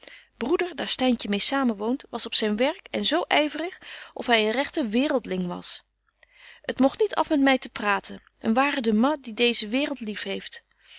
broeder daar styntje mêe samen woont was op zyn werk en betje wolff en aagje deken historie van mejuffrouw sara burgerhart zo yverig of hy een regte waereldling was t mogt er niet af met my te praten een ware demas die deeze waereld lief heeft